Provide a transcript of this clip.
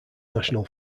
national